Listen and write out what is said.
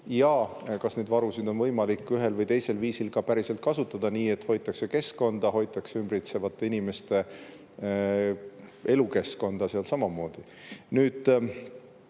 ja kas neid varusid on võimalik ühel või teisel viisil ka päriselt kasutada, nii et hoitakse keskkonda ja hoitakse inimeste elukeskkonda samamoodi. Nüüd,